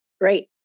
Great